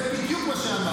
זה בדיוק מה שאמרתי.